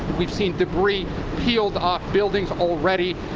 we've seen debris peeled off buildings already.